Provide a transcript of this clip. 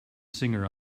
singer